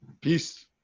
Peace